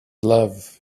love